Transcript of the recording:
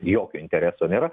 jokio intereso nėra